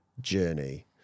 journey